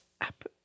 app